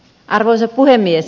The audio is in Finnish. arvoisa puhemies